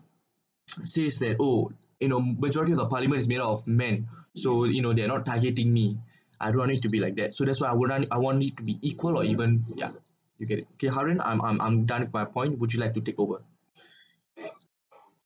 say its that oh in a majority of the parliament is made up of men so you know they're not targeting me I don't want it to be like that so that's why I would I want it to be equal or even ya you get it okay haren I'm I'm I'm done with my point would you like to take over